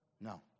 No